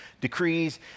decrees